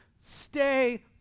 stay